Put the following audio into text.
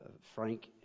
Frank